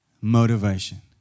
motivation